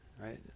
right